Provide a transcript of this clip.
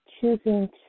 choosing